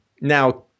Now